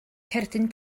cerdyn